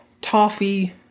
toffee